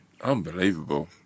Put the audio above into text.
unbelievable